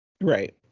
Right